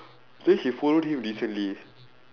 then she follow you literally